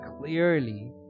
clearly